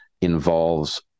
involves